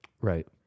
Right